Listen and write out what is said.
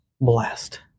blessed